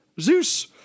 Zeus